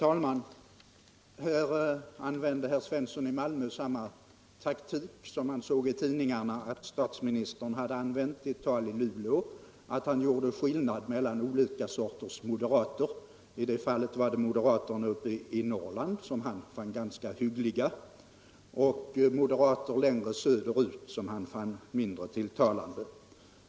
Herr talman! Herr Svensson i Malmö använder samma taktik som jag såg i tidningarna att statsministern hade använt i ett tal i Luleå när han gjorde skillnad mellan olika sorters moderater. Statsministern tyckte att moderaterna uppe i Norrland var ganska hyggliga, men moderater längre söderut fann han mindre tilltalande.